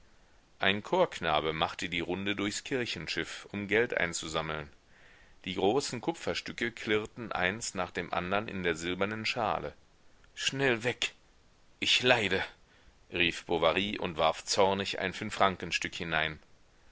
ein chorknabe machte die runde durchs kirchenschiff um geld einzusammeln die großen kupferstücke klirrten eins nach dem andern in der silbernen schale schnell weg ich leide rief bovary und warf zornig ein fünffrankenstück hinein